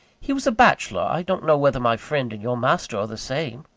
he was a bachelor i don't know whether my friend and your master are the same?